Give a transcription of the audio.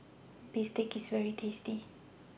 Bistake IS very tasty